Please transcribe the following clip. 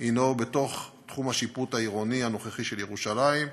היא בתוך תחום השיפוט העירוני הנוכחי של ירושלים,